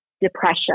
depression